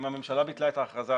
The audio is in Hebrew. אם הממשלה ביטלה את ההכרזה,